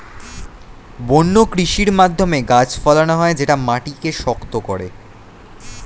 বন্য কৃষির মাধ্যমে গাছ ফলানো হয় যেটা মাটিকে শক্ত করে